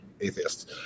atheists